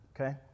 okay